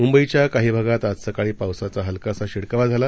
मुंबईच्या काही भागात आज सकाळी पावसाचा हलकासा शिडकावा झाला